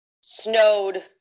snowed